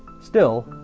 still,